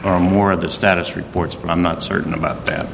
or more of the status reports but i'm not certain about that